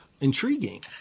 intriguing